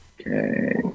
Okay